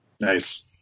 Nice